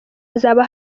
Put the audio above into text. hazaba